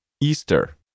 Easter